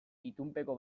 itunpeko